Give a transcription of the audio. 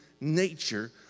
nature